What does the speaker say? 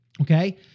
Okay